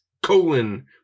colon